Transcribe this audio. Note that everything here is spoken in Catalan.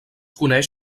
coneix